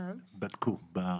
בדקו בארץ.